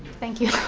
thank you.